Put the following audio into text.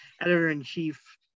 editor-in-chief